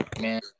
Man